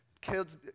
kids